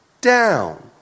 down